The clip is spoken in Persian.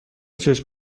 چشم